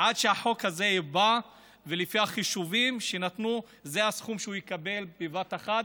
עד שהחוק הזה בא ולפי החישובים שנתנו זה הסכום שהוא יקבל בבת אחת,